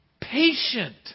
patient